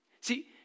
See